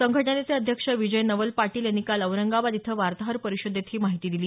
संघटनेचे अध्यक्ष विजय नवल पाटील यांनी काल औरंगाबाद इथं वार्ताहर परिषदेत ही माहिती दिली